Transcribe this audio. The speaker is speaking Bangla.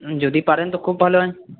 যদি পারেন তো খুব ভালো হয়